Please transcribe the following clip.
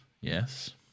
yes